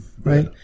right